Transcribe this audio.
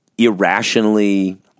Irrationally